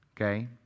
Okay